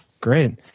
Great